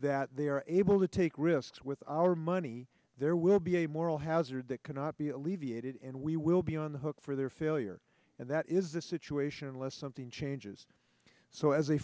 that they are able to take risks with our money there will be a moral hazard that cannot be alleviated and we will be on the hook for their failure and that is the situation unless something changes so as a